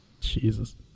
Jesus